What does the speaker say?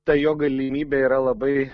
ta jo galimybė yra labai